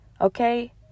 Okay